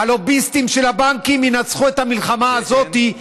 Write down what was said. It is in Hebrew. הלוביסטים של הבנקים ינצחו במלחמה הזאת,